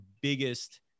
biggest